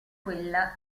quella